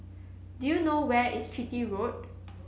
do you know where is Chitty Road